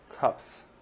cups